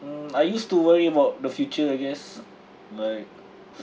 mm I used to worry about the future I guess like